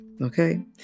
Okay